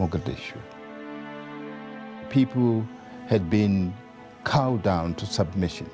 mogadishu people had been called down to submission